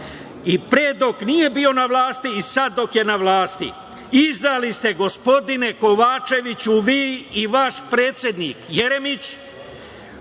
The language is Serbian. i pre dok nije bio na vlasti i sada dok je na vlasti. Izdali ste, gospodine Kovačeviću, vi i vaš predsednik Jeremić,